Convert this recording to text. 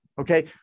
okay